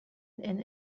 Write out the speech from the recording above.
and